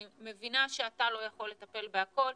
אני מבינה שאתה לא יכול לטפל בכול,